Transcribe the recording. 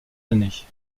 années